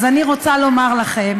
אז אני רוצה לומר לכם